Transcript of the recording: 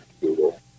Google